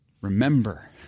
Remember